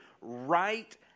right